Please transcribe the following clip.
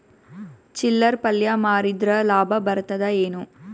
ಚಿಲ್ಲರ್ ಪಲ್ಯ ಮಾರಿದ್ರ ಲಾಭ ಬರತದ ಏನು?